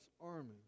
army